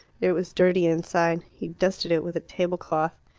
it was dirty inside he dusted it with a tablecloth.